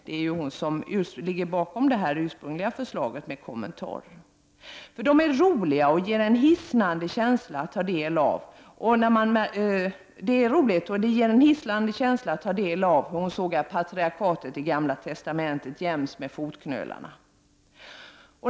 Det är hon som ligger bakom förslaget om en kommentar. Det är roligt och ger en hisnande känsla att ta del av hur hon sågar patriarkatet i Gamla testamentet jäms med fotknölarna.